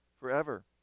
forever